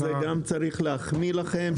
ועל זה גם צריך להחמיא לכם,